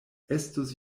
estus